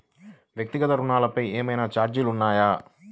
వ్యక్తిగత ఋణాలపై ఏవైనా ఛార్జీలు ఉన్నాయా?